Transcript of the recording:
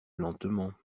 lentement